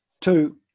two